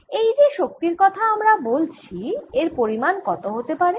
এই যে শক্তির কথা আমরা বলছি এর পরিমাণ কত হতে পারে